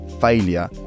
failure